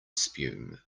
spume